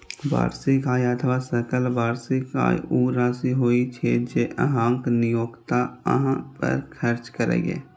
वार्षिक आय अथवा सकल वार्षिक आय ऊ राशि होइ छै, जे अहांक नियोक्ता अहां पर खर्च करैए